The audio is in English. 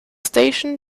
station